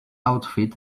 outfit